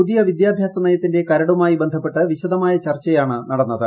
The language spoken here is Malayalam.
പുതിയ വിദ്യാഭ്യാസനയ്ക്കിന്റെ കരടുമായി ബന്ധപ്പെട്ട് വിശദമായ ചർച്ചയാണ് നടന്നത്